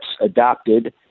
adopted